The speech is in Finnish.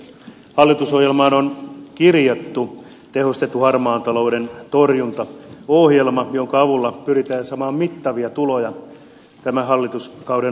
hallitusohjelmaan on kirjattu tehostettu harmaan talouden torjuntaohjelma jonka avulla pyritään saamaan mittavia tuloja tämän hallituskauden aikana